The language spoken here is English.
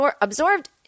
absorbed